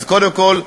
אז קודם כול,